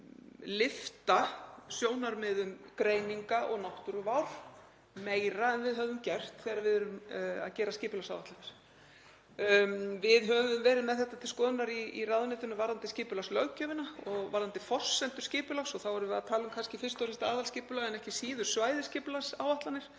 að lyfta sjónarmiðum greininga og náttúruvár meira en við höfum gert þegar við erum að gera skipulagsáætlanir. Við höfum verið með þetta til skoðunar í ráðuneytinu varðandi skipulagslöggjöfina og varðandi forsendur skipulags og þá erum við kannski fyrst og fremst að tala um aðalskipulag en ekki síður svæðisskipulagsáætlanir.